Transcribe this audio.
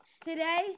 Today